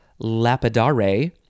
lapidare